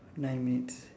nine minutes